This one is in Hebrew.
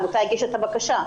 העמותה הגישה את הבקשה.